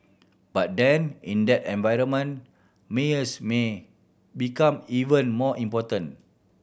but then in that environment mayors may become even more important